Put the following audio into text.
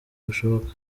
bushoboka